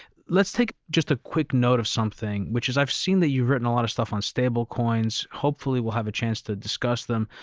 let's take just a quick note of something, which is i've seen that you've written a lot of stuff on stable coins, hopefully we'll have a chance to discuss them.